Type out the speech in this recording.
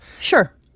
Sure